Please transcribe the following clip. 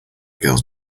girls